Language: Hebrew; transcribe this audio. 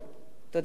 תודה רבה, אדוני.